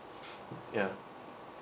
ya